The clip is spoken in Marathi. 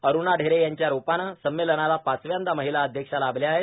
अरुणा ढेरे यांच्या रुपाने संमेलनाला पाचव्यांदा महांला अध्यक्ष लाभल्या आहेत